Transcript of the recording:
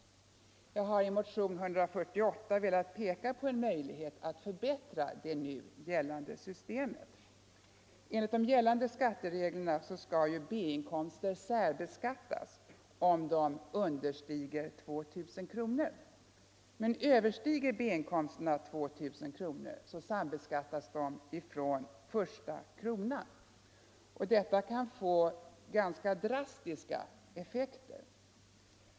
Jag har motionen 148 velat peka på en möjlighet att förbättra det nu gällande systemet. Enligt gällande skatteregler skall B inkomster särbeskattas om de understiger 2 000 kronor. Men överstiger B-inkomsterna 2000 kronor sambeskattas de från första kronan. Detta kan få ganska drastiska effekter.